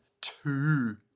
two